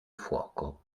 fuoco